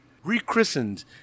Rechristened